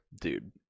Dude